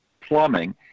plumbing